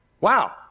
Wow